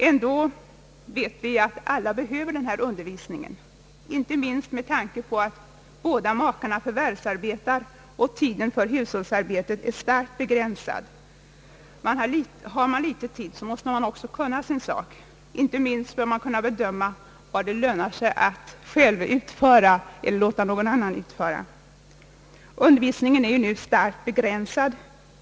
Ändå vet vi att alla behöver denna undervisning, inte minst med tanke på att båda makarna förvärvsarbetar och tiden för hushållsarbetet är starkt begränsad. Har man ont om tid måste man också kunna sin sak, inte minst måste man kunna bedöma vad det lönar sig att själv utföra och vad man skall låta någon annan utföra. Undervisningen är nu starkt begränsad.